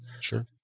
sure